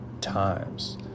times